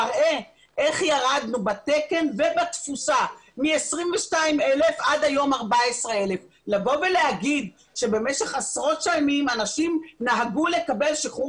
מראה איך ירדנו בתקן ובתפוסה מ-22,000 עד היום 14,000. לבוא ולהגיד שבמשך עשרות שנים אנשים נהגו לקבל שחרור